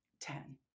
Ten